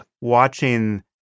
watching